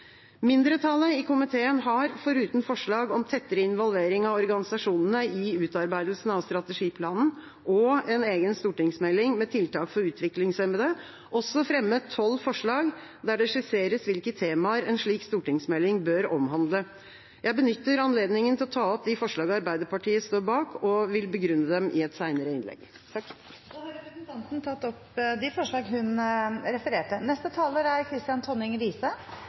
Mindretallet i komiteen har, foruten forslag om tettere involvering av organisasjonene i utarbeidelsen av strategiplanen og en egen stortingsmelding med tiltak for utviklingshemmede, også fremmet tolv forslag der det skisseres hvilke temaer en slik stortingsmelding bør omhandle. Jeg benytter anledningen til å ta opp de forslagene Arbeiderpartiet står bak, og vil begrunne dem i et seinere innlegg. Representanten Lise Christoffersen har tatt opp de forslagene hun refererte til. Å styrke rettighetene til mennesker med utviklingshemning er